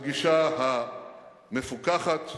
הגישה המפוכחת,